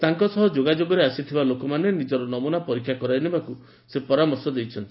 ତାଙ୍କ ସହ ଯୋଗାଯୋଗରେ ଆସିଥିବା ଲୋକମାନେ ନିଜର କରାଇ ନେବାକୁ ସେ ପରାମର୍ଶ ଦେଇଛନ୍ତି